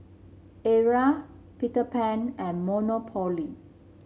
Arai Peter Pan and Monopoly